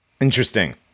Interesting